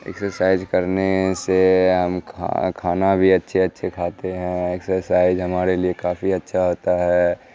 exercise کرنے سے ہم کھا کھانا بھی اچھے اچھے کھاتے ہیں ایکسرسائز ہمارے لیے کافی اچھا ہوتا ہے